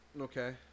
okay